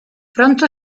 pronto